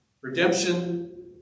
Redemption